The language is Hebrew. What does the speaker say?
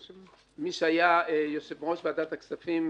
מי שהיה יושב-ראש ועדת הכספים,